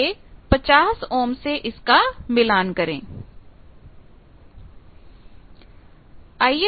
अब यह 50 ओम से इसका मिलान है